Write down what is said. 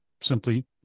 simply